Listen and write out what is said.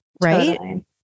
right